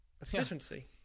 efficiency